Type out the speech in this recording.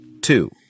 two